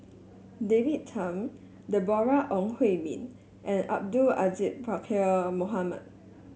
David Tham Deborah Ong Hui Min and Abdul Aziz Pakkeer Mohamed